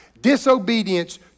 Disobedience